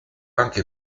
anche